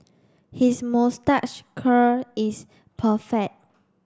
his moustache curl is perfect